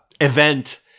event